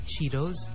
cheetos